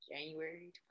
January